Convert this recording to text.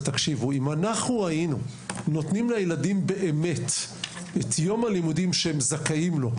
זה שאם אנחנו היינו נותנים לילדים את יום הלימודים שהם זכאים לו,